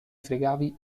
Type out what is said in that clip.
fregavi